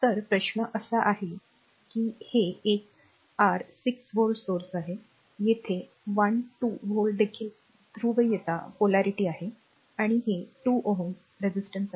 तर प्रश्न असा आहे की हे एक आर 6 व्होल्ट स्त्रोत आहे येथे 1 2 व्होल्ट देखील ध्रुवीयता आहे आणि हे 2 Ω प्रतिकार आहे